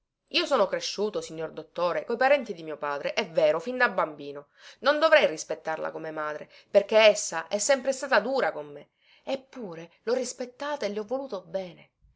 io sono cresciuto signor dottore coi parenti di mio padre è vero fin da bambino non dovrei rispettarla come madre perché essa è sempre stata dura con me eppure lho rispettata e le ho voluto bene